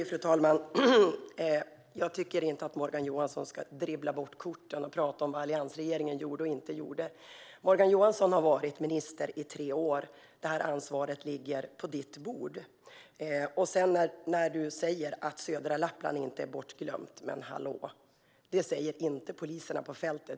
Fru talman! Jag tycker inte att Morgan Johansson ska dribbla bort korten och börja prata om vad alliansregeringen gjorde och inte gjorde. Du har varit minister i tre år, Morgan Johansson; det här ansvaret ligger på ditt bord. Du säger att södra Lappland inte är bortglömt. Men hallå! Det säger inte poliserna på fältet.